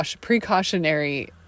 precautionary